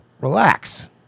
relax